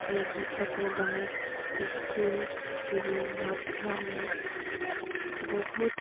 ସେ ଗୀତକୁ ଗାଇ ଇସ୍କୁଲରେ ବି ମଧ୍ୟ ମୁଁ ବହୁତ